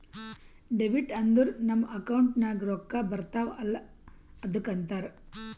debit ಅಂದುರ್ ನಮ್ account ನಾಗ್ ರೊಕ್ಕಾ ಬರ್ತಾವ ಅಲ್ಲ ಅದ್ದುಕ ಅಂತಾರ್